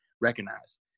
recognize